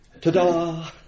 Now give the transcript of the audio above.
Ta-da